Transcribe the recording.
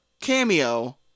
cameo